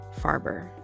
Farber